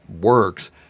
works